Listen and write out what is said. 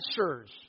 answers